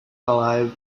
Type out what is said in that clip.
alive